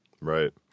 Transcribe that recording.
Right